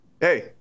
Hey